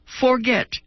forget